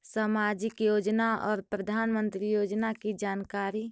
समाजिक योजना और प्रधानमंत्री योजना की जानकारी?